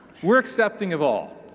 we're accepting of all.